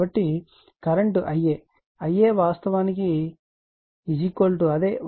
కాబట్టి current Ia Ia వాస్తవానికి అదే వాస్తవానికి VAN ZY